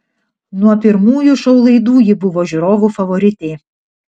nuo pirmųjų šou laidų ji buvo žiūrovų favoritė